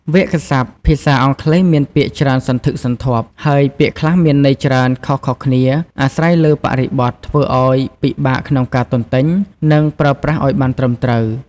វាក្យសព្ទ ភាសាអង់គ្លេសមានពាក្យច្រើនសន្ធឹកសន្ធាប់ ហើយពាក្យខ្លះមានន័យច្រើនខុសៗគ្នាអាស្រ័យលើបរិបទ ធ្វើឱ្យពិបាកក្នុងការទន្ទេញ និងប្រើប្រាស់ឱ្យបានត្រឹមត្រូវ។